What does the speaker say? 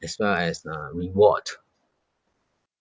as well as uh reward